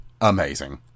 amazing